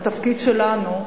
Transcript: התפקיד שלנו,